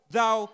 thou